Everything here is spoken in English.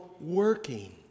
working